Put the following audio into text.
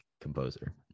composer